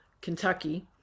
Kentucky